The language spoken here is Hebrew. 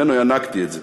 ממנו ינקתי את זה.